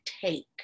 take